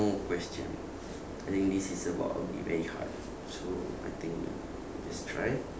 question I think this is about to be very hard so I think just try